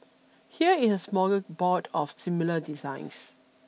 here's a smorgasbord of similar designs